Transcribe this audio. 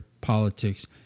politics